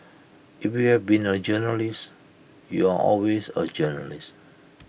if you've been A journalist you're always A journalist